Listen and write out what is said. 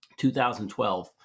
2012